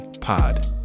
Pod